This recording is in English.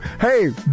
hey